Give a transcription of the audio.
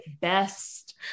best